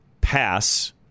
pass